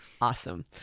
Awesome